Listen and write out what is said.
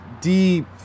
deep